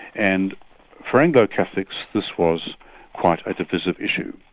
and for anglo catholics this was quite a divisive issue,